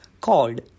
called